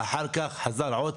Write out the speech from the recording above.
אחר-כך חזר שוב